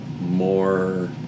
more